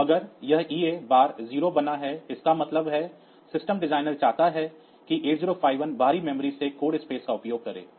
तो अगर यह EA बार 0 बना है इसका मतलब है सिस्टम डिज़ाइनर चाहता है कि 8051 बाहरी मेमोरी से कोड स्पेस का उपयोग करे